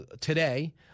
today